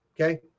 Okay